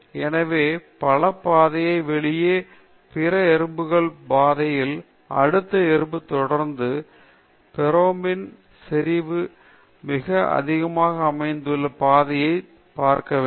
எனவே பல பாதைகள் வெளியே பிற எறும்புகள் பாதைகள் அடுத்த எறும்பு தொடர்ந்து பெரோமோன் செறிவு மிக அதிகமாக அமைந்துள்ள பாதைகள் பார்க்க வேண்டும்